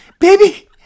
Baby